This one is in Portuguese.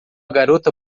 garota